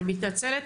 אני מתנצלת,